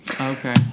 Okay